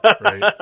right